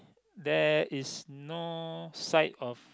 there is no sight of